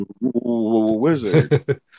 Wizard